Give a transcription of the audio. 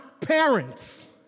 parents